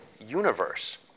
universe